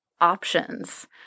options